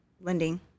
lending